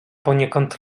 poniekąd